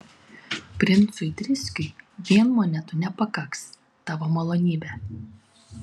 princui driskiui vien monetų nepakaks tavo malonybe